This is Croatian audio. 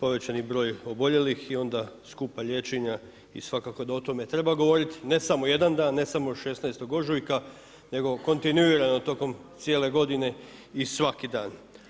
povećani broj oboljelih i onda skupa liječenja i svakako da o tome treba govoriti, ne samo jedan dan, ne samo 16. ožujka nego kontinuirano, tokom cijele godine i svaki dan.